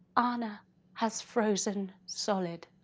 anna has frozen solid.